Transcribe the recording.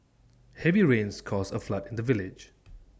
heavy rains caused A flood in the village